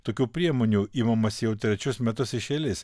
tokių priemonių imamasi jau trečius metus iš eilės